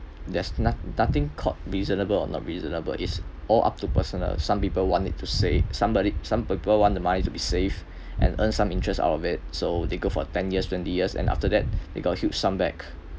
there's not nothing called reasonable or not reasonable it's all up to personal some people want it to saved somebody some people want the money to be saved and earn some interest out of it so they go for ten years twenty years and after that they got huge sum back